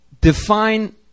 define